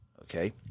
okay